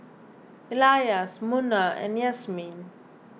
Elyas Munah and Yasmin